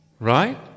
right